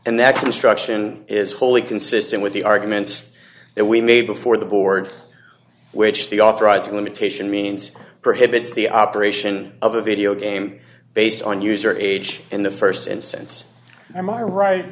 and that construction is wholly consistent with the arguments that we made before the board which the authorizing limitation means prohibits the operation of a video game based on user age in the st instance m r right